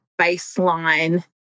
baseline